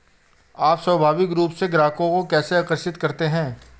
आप स्वाभाविक रूप से ग्राहकों को कैसे आकर्षित करते हैं?